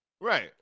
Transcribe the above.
Right